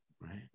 right